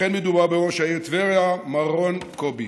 מדובר בראש העיר טבריה מר רון קובי.